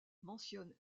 mentionne